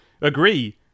agree